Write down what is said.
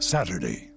Saturday